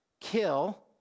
kill